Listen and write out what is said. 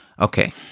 Okay